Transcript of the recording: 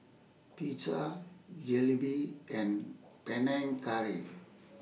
Pizza Jalebi and Panang Curry